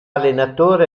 allenatore